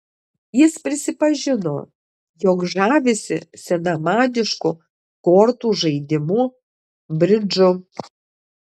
jis prisipažino jog žavisi senamadišku kortų žaidimu bridžu